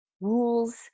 rules